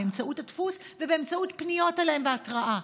באמצעות הדפוס ובאמצעות פניות אליהם והתרעה,